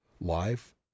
life